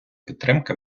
підтримки